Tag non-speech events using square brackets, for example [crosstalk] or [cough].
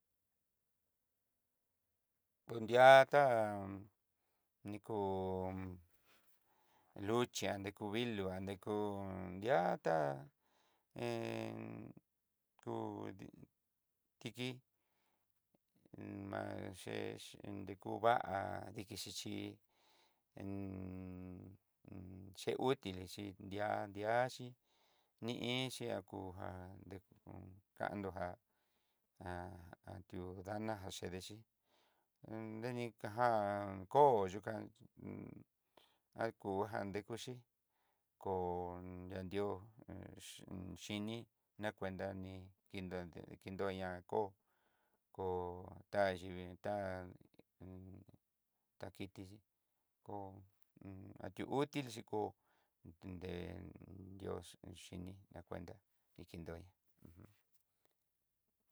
Tonriá tá nrikó luxhí andeko vilo andenkó ya'ata [hesitation] kudí, tiki machexi nreku va'a diki xhichí [hesitation] cheutili xhí ndia ndiaxi ni iinxi kaungan dekukandó [hesitation] ati'ó, dana'a chedexhí [hesitation] dení ka já koó yukan [hesitation] aku ajan dekuxhí koo yandió [hesitation] xhiní, na cuenta ní kidandé kinokue dandió ña kó, koo taxhí tá [hesitation] takiti hó atiultixhí kó [hesitation] den dios oxhini na cuenta ni kindo'í.